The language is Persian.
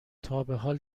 تابحال